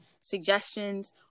suggestions